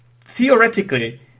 theoretically